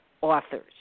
authors